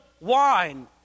wine